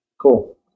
Cool